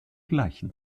gleichen